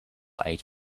eight